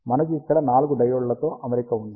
మనకు ఇక్కడ నాలుగు డయోడ్ లతో అమరిక ఉంది